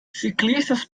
ciclistas